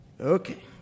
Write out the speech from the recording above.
Okay